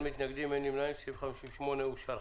אין מתנגדים, אין נמנעים, סעיף 58 אושר.